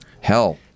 Hell